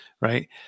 right